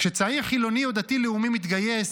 כשצעיר חילוני או דתי לאומי מתגייס,